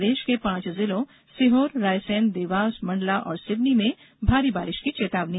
प्रदेश के पांच जिलों सीहोर रायसेन देवास मंडला और सिवनी में भारी बारिश की चेतावनी